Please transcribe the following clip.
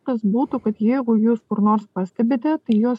kas būtų kad jeigu jūs kur nors pastebite tai juos